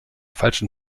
falschen